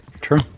True